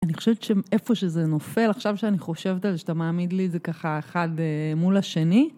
אני חושבת שאיפה שזה נופל, עכשיו שאני חושבת על זה שאתה מעמיד לי זה ככה אחד מול השני.